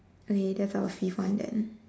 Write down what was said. okay therefore I will sieve one then